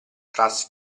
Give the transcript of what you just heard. trasse